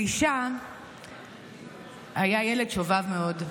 אלישע היה ילד שובב מאוד.